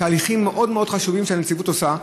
תהליכים מאוד מאוד חשובים שהנציבות עושה.